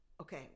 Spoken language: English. okay